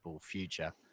future